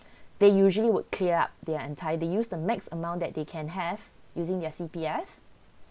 they usually would clear up their entire they use the max amount that they can have using their C_P_F